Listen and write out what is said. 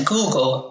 Google